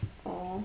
orh